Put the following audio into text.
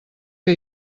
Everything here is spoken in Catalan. que